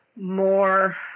more